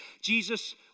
Jesus